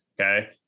okay